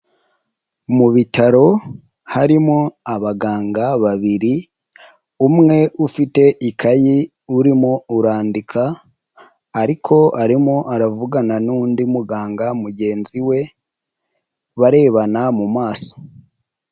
Mu bitaro harimo abaganga babiri umwe ufite ikayi urimo urandika ariko arimo aravugana n'undi muganga mugenzi we barebana mu maso.